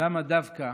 למה דווקא